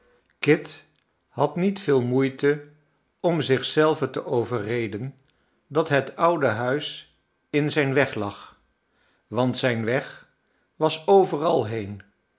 kit had niet veel moeite om zich zelven te overreden dat het oude huis in zijn weg lag want zijn weg was overal heen